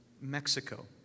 Mexico